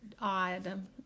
odd